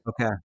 Okay